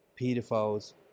pedophiles